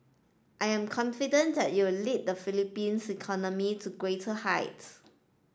I am confident that you will lead the Philippines economy to greater heights